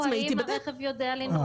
שיבדקו אם הרכב יודע לנהוג.